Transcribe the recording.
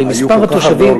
הרי מספר התושבים,